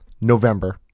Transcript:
November